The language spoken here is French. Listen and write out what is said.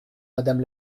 madame